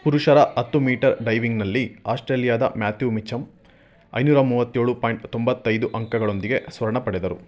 ಪುರುಷರ ಹತ್ತು ಮೀಟರ್ ಡೈವಿಂಗ್ನಲ್ಲಿ ಆಸ್ಟ್ರೇಲಿಯಾದ ಮ್ಯಾಥ್ಯೂ ಮಿಚಮ್ ಐನೂರ ಮೂವತ್ತೇಳು ಪಾಯಿಂಟ್ ತೊಂಬತ್ತೈದು ಅಂಕಗಳೊಂದಿಗೆ ಸ್ವರ್ಣ ಪಡೆದರು